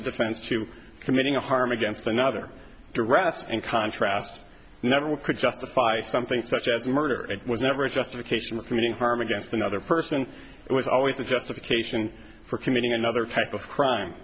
a defense to committing a harm against another to rest in contrast never will could justify something such as murder it was never a justification for committing harm against another person it was always the justification for committing another type of crime